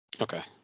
Okay